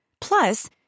Plus